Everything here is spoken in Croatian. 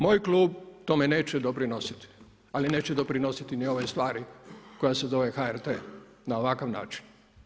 Moj klub tome neće doprinositi ali neće doprinositi ni ovoj stvari koja se zove HRT na ovakav način.